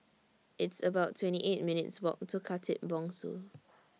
It's about twenty eight minutes' Walk to Khatib Bongsu